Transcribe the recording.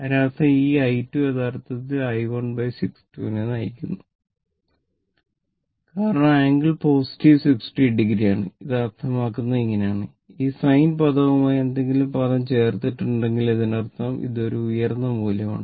ഇതിനർത്ഥം ഈ i2 യഥാർത്ഥത്തിൽ i1 60o നെ നയിക്കുന്നു കാരണം ആംഗിൾ പോസിറ്റീവ് 60 o ആണ് അത് അർത്ഥമാക്കുന്നത് ഇങ്ങനെയാണ് ഈ സൈൻ പദവുമായി എന്തെങ്കിലും പദം ചേർത്തിട്ടുണ്ടെങ്കിൽ ഇതിനർത്ഥം ഇത് ഒരു ഉയർന്ന മൂല്യമാണ്